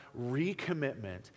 recommitment